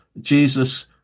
jesus